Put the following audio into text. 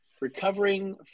recovering